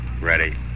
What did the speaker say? Ready